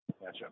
Gotcha